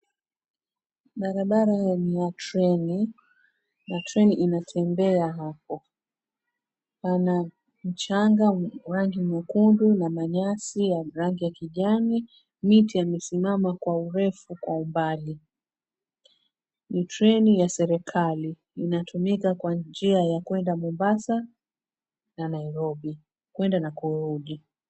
Barabara ni ya treni, na treni inatembea hapo. Pana mchanga rangi mwekundu na manyasi ya rangi ya kijani, miti yamesimama kwa urefu na kwa umbali. Ni treni ya serikali, inatumika kwa njia ya kwenda Mombasa na Nairobi, kwenda na kurudi.